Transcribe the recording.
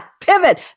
pivot